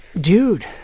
dude